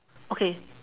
okay